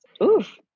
oof